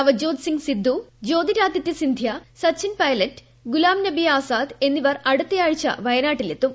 Navjot Singh Sidhu Jyotiraditya Scindia Sachin Pilot Ghulam Nabi Azad എന്നിവർ അടുത്തയാഴ്ച വയനാട്ടിൽ എത്തും